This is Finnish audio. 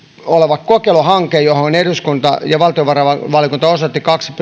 oleva kokeiluhanke johon eduskunta ja valtiovarainvaliokunta osoittivat kaksi